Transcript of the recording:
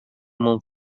mon